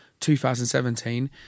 2017